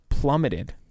plummeted